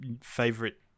favorite